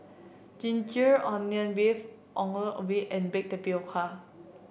ginger onion beef Ongol Ubi and Baked Tapioca